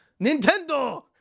Nintendo